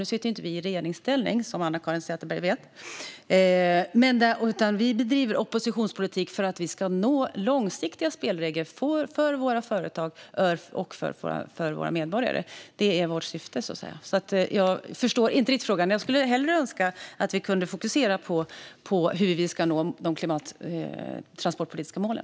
Nu sitter ju inte vi i regeringsställning, som Anna-Caren Sätherberg vet, utan vi bedriver oppositionspolitik för att få långsiktiga spelregler för våra företag och våra medborgare. Det är vårt syfte. Jag förstår alltså inte riktigt frågan. Jag skulle önska att vi i stället kunde fokusera på hur vi ska nå de klimat och transportpolitiska målen.